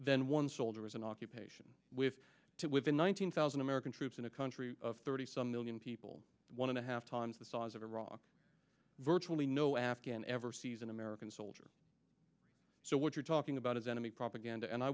then one soldier is an occupation with to within one hundred thousand american troops in a country of thirty some million people one and a half times the size of iraq virtually no afghan ever sees an american soldier so what you're talking about is enemy propaganda and i